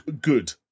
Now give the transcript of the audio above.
good